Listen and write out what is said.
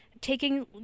taking